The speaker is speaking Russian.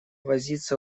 возиться